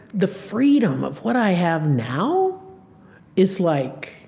the freedom of what i have now is, like,